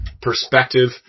perspective